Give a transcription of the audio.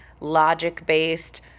logic-based